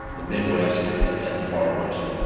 the mid-west, and the far west.